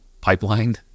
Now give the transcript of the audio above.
pipeline